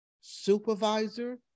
supervisor